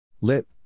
Lip